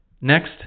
Next